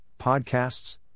podcasts